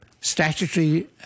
statutory